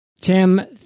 Tim